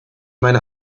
meine